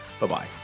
Bye-bye